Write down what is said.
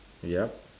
yup